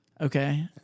Okay